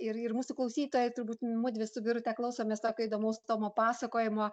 ir ir mūsų klausytojai turbūt mudvi su birute klausomės tokio įdomaus tomo pasakojimo